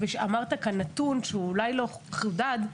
אמרת כאן נתון שאולי לא חודד,